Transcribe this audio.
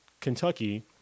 Kentucky